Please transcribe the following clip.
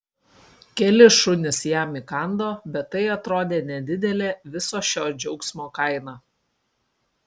keli šunys jam įkando bet tai atrodė nedidelė viso šio džiaugsmo kaina